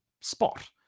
spot